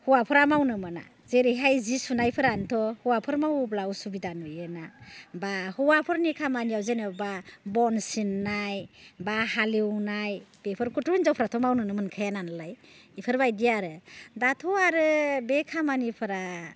हौवाफ्रा मावनो मोना जेरैहाय जि सुनायफोरन्थ' हौवाफोर मावोब्ला उसुबिदा नुयो ना बा हौवाफोरनि खामानियाव जेन'बा बन सिन्नाय बा हालिवनाय बेफोरखौथ' हिन्जावफ्राथ' मावनोनो मोनखाया नालाय बेफोर बायदि आरो दाथ' आरो बे खामानिफोरा